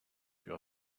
your